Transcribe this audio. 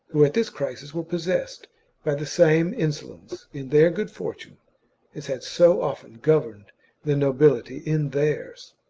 who at this crisis were possessed by the same insolence in their good fortune as had so often governed the nobility in theirs.